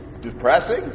depressing